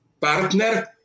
partner